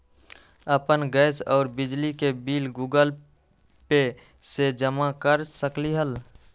अपन गैस और बिजली के बिल गूगल पे से जमा कर सकलीहल?